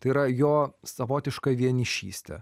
tai yra jo savotišką vienišystę